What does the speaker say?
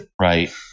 Right